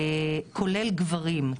כולל גברים,